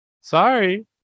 sorry